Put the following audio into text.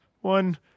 one